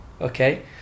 okay